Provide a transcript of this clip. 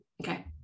Okay